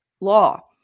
law